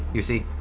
you see,